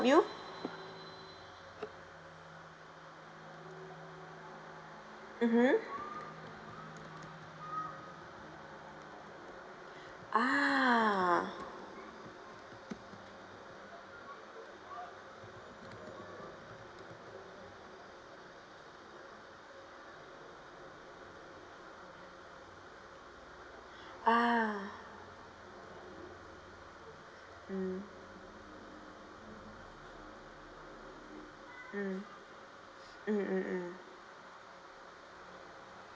mmhmm ah ah mm mm mm mm mm